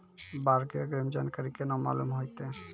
बाढ़ के अग्रिम जानकारी केना मालूम होइतै?